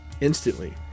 instantly